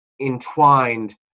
entwined